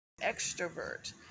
extrovert